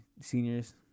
Seniors